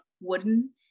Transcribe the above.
wooden